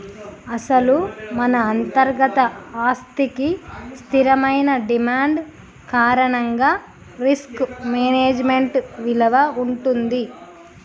అసలు మన అంతర్గత ఆస్తికి స్థిరమైన డిమాండ్ కారణంగా రిస్క్ మేనేజ్మెంట్ విలువ ఉంటుంది